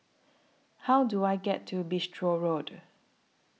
How Do I get to Bristol Road